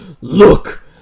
Look